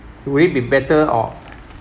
would it be better or